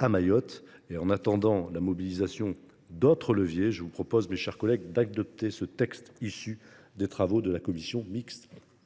sur l’île. En attendant la mobilisation d’autres leviers, je vous invite, mes chers collègues, à adopter le texte issu des travaux de la commission mixte